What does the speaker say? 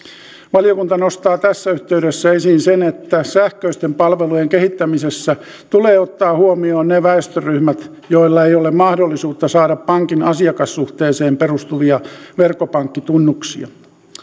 valiokunta nostaa tässä yhteydessä esiin sen että sähköisten palvelujen kehittämisessä tulee ottaa huomioon ne väestöryhmät joilla ei ole mahdollisuutta saada pankin asiakassuhteeseen perustuvia verkkopankkitunnuksia